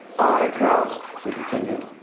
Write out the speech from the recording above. i trust, he continued,